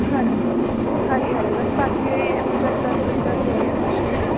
ਹਾਂਜੀ ਹਾਂਜੀ ਹਾਂਜੀ ਮੈਮ ਬਾਕੀ ਸਬਜੈਕਟਾਂ 'ਚ ਬੱਚਾ ਕਿਵੇਂ ਆ ਖੁਸ਼ਨੂਰ